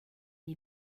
est